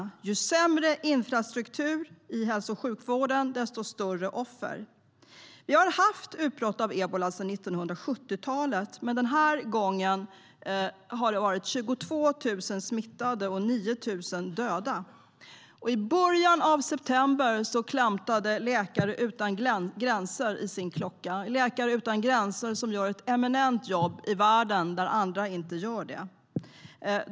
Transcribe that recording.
Ju sämre infrastruktur i hälso och sjukvården, desto större offer. Vi har haft utbrott av ebola sedan 1970-talet, men den här gången har det varit 22 000 smittade och 9 000 döda. I början av september klämtade Läkare utan gränser i sin klocka. De gör ett eminent jobb i världen där andra inte gör det.